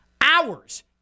hours